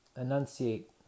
enunciate